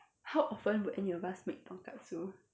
how often would any of us make tonkatsu